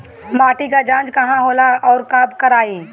माटी क जांच कहाँ होला अउर कब कराई?